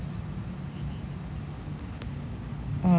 mm